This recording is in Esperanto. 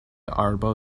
arbo